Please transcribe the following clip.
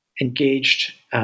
engaged